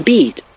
Beat